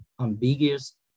ambiguous